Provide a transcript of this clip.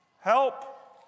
Help